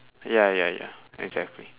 ya ya ya exactly